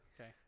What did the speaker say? okay